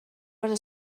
però